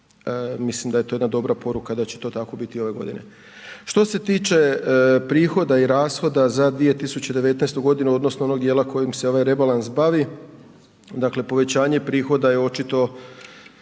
mislim da je to jedna dobra poruka, da će to tako biti i ove godine. Što se tiče prihoda i rashoda za 2019.g. odnosno onog djela kojim se ovaj rebalans bavi, dakle povećanje prihoda je očito